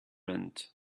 end